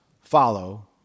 follow